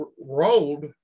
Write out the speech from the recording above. rolled